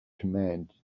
command